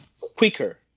quicker